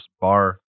bar